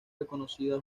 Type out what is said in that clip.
reconocida